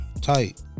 tight